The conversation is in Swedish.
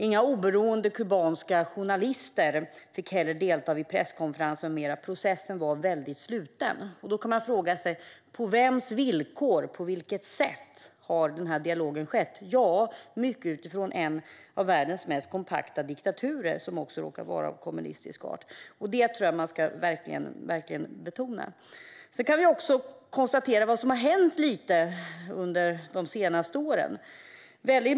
Inga oberoende kubanska journalister fick delta vid presskonferens med mera. Processen var väldigt sluten. Man kan fråga sig: På vems villkor och på vilket sätt dialogen har skett? I mycket är det utifrån en av världens mest kompakta diktaturer, som också råkar vara av kommunistisk art. Detta tror jag att man ska betona. Vi kan också konstatera vad som har hänt under de senaste åren.